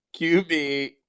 QB